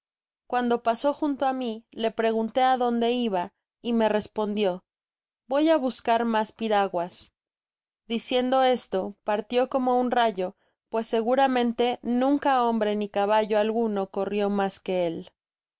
cuando pasó junto á mí le pregunté adonde iba y me respondió voy á buscar mas piraguas diciendo esto partió como un rayo pues seguramente nunca hombre ni caballo alguno corrio mas que él